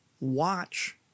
watch